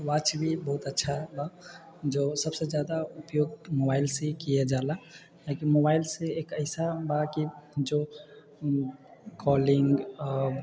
watch भी बहुत अच्छा बा जो सबसे जादा उपयोग मोबाइल से ही करल जाला किआकि मोबाइल से एक ऐसा बा कि जो कॉलिङ्ग